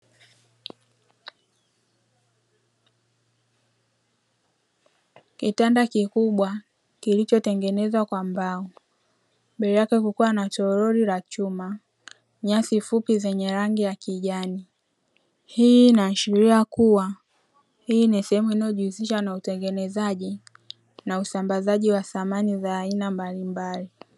Kitanda kikubwa kilichotengenezwa kwa mbao, mbele yake kukiwa na toroli la chuma, nyasi fupi zenye rangi ya kijani, hii inaashiria kuwa, hii ni sehemu inayojihusisha na utengenezaji na usambazaji wa samani za aina mbalimbali.